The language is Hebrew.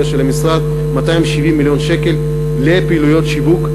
של המשרד: 270 מיליון שקל לפעילויות שיווק,